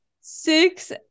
six